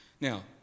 now